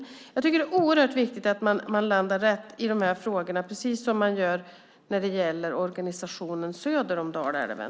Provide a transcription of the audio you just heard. Det är oerhört viktigt att man landar rätt i de här frågorna, precis som när det gäller organisationen söder om Dalälven.